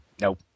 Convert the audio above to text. Nope